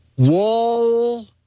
Wall